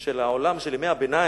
של העולם של ימי הביניים,